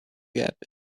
gap